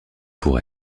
pour